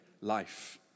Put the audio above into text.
life